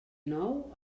nou